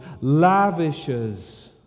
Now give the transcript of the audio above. lavishes